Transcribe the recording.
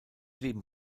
leben